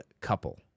COUPLE